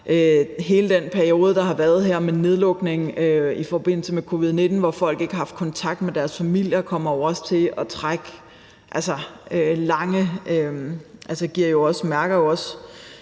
været her med nedlukning i forbindelse med covid-19, og hvor folk ikke har haft kontakt med deres familier, kommer jo også til at trække lange spor;